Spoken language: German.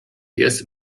erst